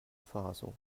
faso